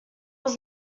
was